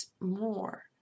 more